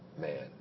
man